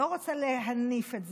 אז אני פשוט לא רוצה להניף את זה,